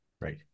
right